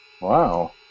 Wow